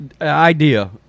idea